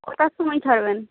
কটার সময় ছাড়বেন